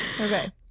okay